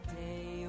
day